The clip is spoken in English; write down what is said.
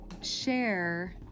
share